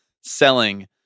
selling